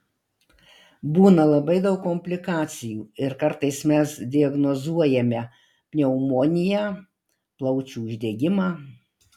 būna labai daug komplikacijų ir kartais mes diagnozuojame pneumoniją plaučių uždegimą